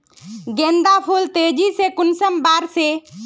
गेंदा फुल तेजी से कुंसम बार से?